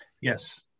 Yes